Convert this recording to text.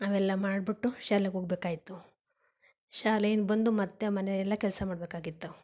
ಅವೆಲ್ಲ ಮಾಡಿಬಿಟ್ಟು ಶಾಲೆಗೆ ಹೋಗ್ಬೇಕಾಗಿತ್ತು ಶಾಲೆಯಿಂದ ಬಂದು ಮತ್ತು ಮನೆ ಎಲ್ಲ ಕೆಲಸ ಮಾಡಬೇಕಾಗಿತ್ತು